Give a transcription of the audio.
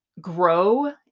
Grow